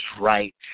right